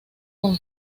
con